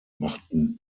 machten